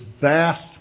vast